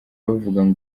bavuga